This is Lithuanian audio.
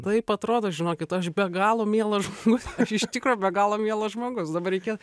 taip atrodo žinokit aš be galo mielas žmogus iš tikro be galo mielas žmogus dabar reikė